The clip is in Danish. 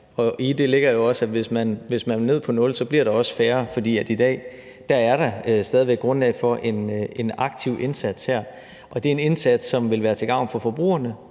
og i det ligger jo også, at hvis man vil ned på nul, så bliver der også færre produkter. For i dag er der stadig væk grundlag for en aktiv indsats her, og det er en indsats, som vil være til gavn for forbrugerne,